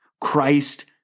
Christ